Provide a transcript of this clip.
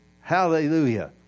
Hallelujah